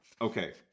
Okay